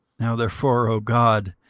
now therefore, o god,